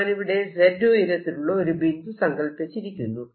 ഞാനിവിടെ z ഉയരത്തിലുള്ള ഒരു ബിന്ദു സങ്കല്പിച്ചിരിക്കുന്നു